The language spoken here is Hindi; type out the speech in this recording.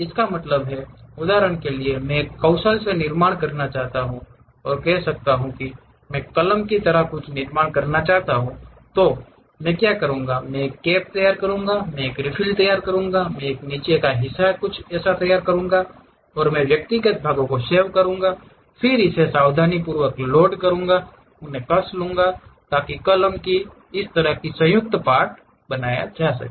इसका मतलब है उदाहरण के लिए मैं एक कौशल से निर्माण करना चाहता हूं हो सकता है कि मैं कलम की तरह कुछ का निर्माण करना चाहता हूं मैं क्या करूंगा मैं एक कैप तैयार करूंगा मैं एक रिफिल तैयार करूंगा मैं नीचे के हिस्से की तरह कुछ तैयार करूंगा मे व्यक्तिगत भागों को सेव करूंगा फिर इसे सावधानीपूर्वक लोड करें उन्हें कस लें ताकि कलम की तरह एक संयुक्त पार्ट बनाया जा सके